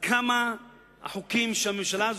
שמשלמות את זה ממש נטו